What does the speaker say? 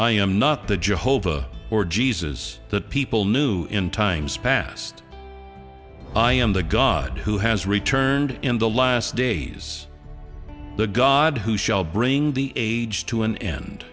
i am not the jehovah or jesus that people knew in times past i am the god who has returned in the last days the god who shall bring the age to an end